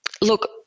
look –